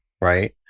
right